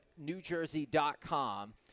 NewJersey.com